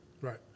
Right